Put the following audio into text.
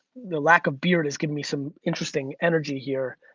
the lack of beard is giving me some interesting energy here,